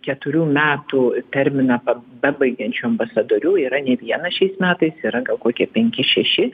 keturių metų terminą bebaigiančių ambasadorių yra ne vienas šiais metais yra gal kokie penki šeši